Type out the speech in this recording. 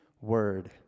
word